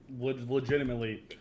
Legitimately